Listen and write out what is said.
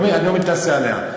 אני לא מתנשא עליה.